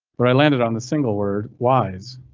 but i landed on the single word wise.